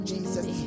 Jesus